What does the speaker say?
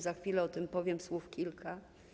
Za chwilę o tym powiem słów kilka.